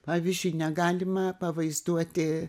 pavyzdžiui negalima pavaizduoti